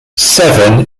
severn